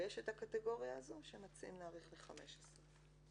ויש הקטגוריה הזאת שמציעים להאריך ל-15.